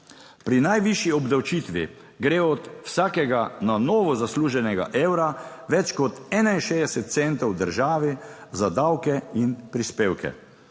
pri najvišji obdavčitvi gre od vsakega na novo zasluženega evra več kot 61 centov v državi za davke in prispevke,